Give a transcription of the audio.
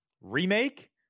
remake